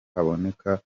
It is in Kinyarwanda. haboneka